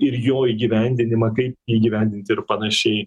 ir jo įgyvendinimą kai įgyvendinti ir panašiai